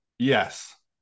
Yes